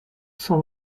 cent